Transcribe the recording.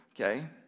Okay